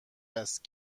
است